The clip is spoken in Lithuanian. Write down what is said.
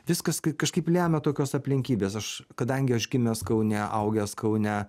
viskas kažkaip lemia tokios aplinkybės aš kadangi aš gimęs kaune augęs kaune